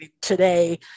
today